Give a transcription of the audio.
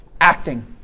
acting